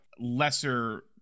lesser